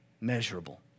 Measurable